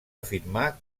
afirmar